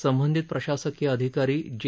संबंधित प्रशासकीय अधिकारी जे